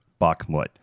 Bakhmut